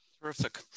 Terrific